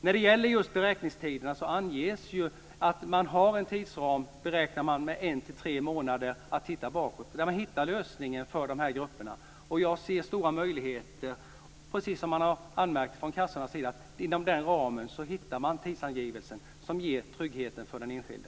När det gäller beräkningstiderna anges ju att man beräknar en tidsram på en till tre månader för att hitta lösningen för dessa grupper. Jag ser stora möjligheter, precis som man har sagt från kassornas sida, att hitta den tidsangivelse som ger trygghet för den enskilde.